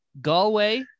Galway